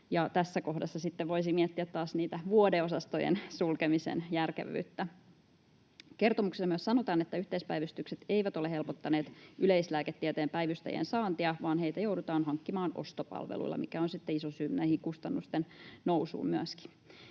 Tässä kohdassa sitten voisi miettiä taas sitä vuodeosastojen sulkemisen järkevyyttä. Kertomuksessa myös sanotaan, että yhteispäivystykset eivät ole helpottaneet yleislääketieteen päivystäjien saantia, vaan heitä joudutaan hankkimaan ostopalveluilla, mikä on sitten iso syy myöskin kustannusten nousuun.